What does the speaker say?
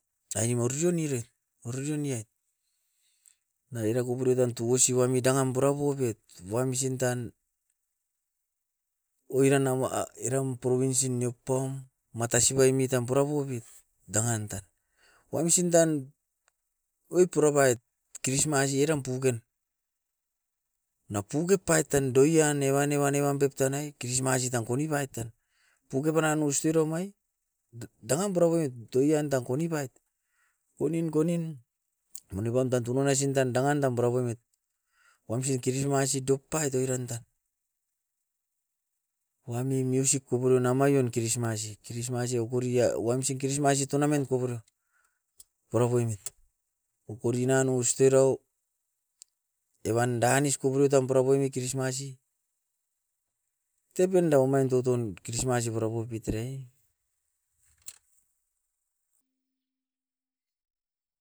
Aini morisio niret, oririo niait. Na era kopurio tan tugusi wami dangam purapobit wamsin tan oiran naua a eram probins inio paum, matasi baimit tam purapobit dangan tan. Wamsin tan oit purapait christmas eram puken, na pukepait tan doian ne wan ne wan ne wan ne pep tanai christmas itam konipait tan. Puke panan oist eromai dangam purapomit doian tam konipait, konin, konin, monepam tan tunan aisin tan dangan dam purapoimit. Wamsin christmas i dokpait oiran tan, wami musik kopurio na maion christmas i. Christmas i okoria wamsin christmas i tornament koporio purapoimit, kokorinan oust erau evan danis kopurio tam purapoimit christmas i tependa omain tutun christmas i purapopit erai.